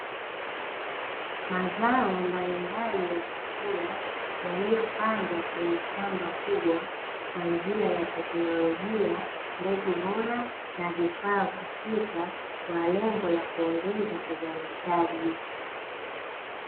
Mazao mbalimbali ya chakula yaliyopandwa kwenye shamba kubwa, kwa njia ya teknolojia, mbegu bora na vifaa husika kwa lengo la kuongeza uzalishaji.